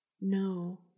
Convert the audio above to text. No